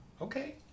Okay